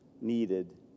needed